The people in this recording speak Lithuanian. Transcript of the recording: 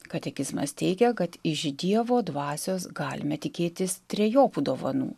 katekizmas teigia kad iš dievo dvasios galime tikėtis trejopų dovanų